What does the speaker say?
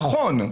נכון,